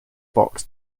box